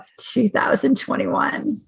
2021